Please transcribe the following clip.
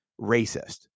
racist